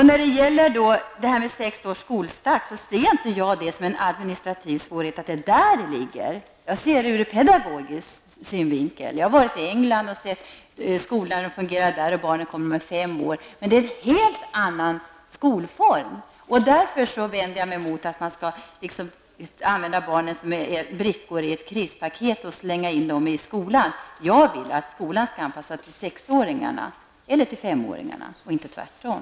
När det gäller skolstart vid sex års ålder ser jag inte att problemet ligger i administrativa svårigheter, utan jag ser det ur pedagogisk synvinkel. Jag har varit i England och sett hur skolorna fungerar där, dit barnen kommer när de är fem år. Men det är en helt annan skolform. Därför vänder jag mig mot att man använder barnen som brickor i ett krispaket och slänger in dem i skolan. Jag vill att skolan skall anpassas till sexåringarna -- eller till femåringarna -- och inte tvärtom.